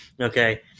okay